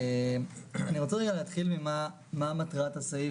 אני רוצה רגע להתחיל ממה מטרת הסעיף